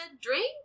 drink